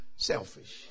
Selfish